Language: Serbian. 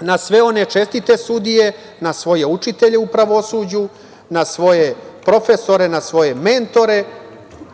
na sve one čestite sudije, na svoje učitelje u pravosuđu, na svoje profesore, na svoje mentore